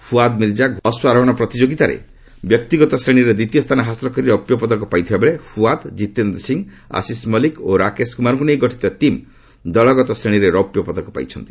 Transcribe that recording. ଫୁଆଦ୍ ମିର୍ଜା ଅଶ୍ୱାରୋହଣ ପ୍ରତିଯୋଗିତାର ବ୍ୟକ୍ତିଗତ ଶ୍ରେଶୀରେ ଦ୍ୱିତୀୟ ସ୍ଥାନ ହାସଲ କରି ରୌପ୍ୟ ପଦକ ପାଇଥିବା ବେଳେ ଫୁଆଦ୍ କିତେନ୍ଦ୍ର ସିଂହ ଆଶିଶ ମଲ୍ଲିକ ଓ ରାକେଶ କୁମାରଙ୍କୁ ନେଇ ଗଠିତ ଟିମ୍ ଦଳଗତ ଶ୍ରେଣୀରେ ରୌପ୍ୟ ପଦକ ପାଇଛନ୍ତି